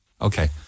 Okay